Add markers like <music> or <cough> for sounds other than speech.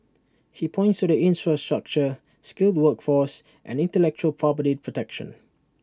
he points to the <unintelligible> skilled workforce and intellectual property protection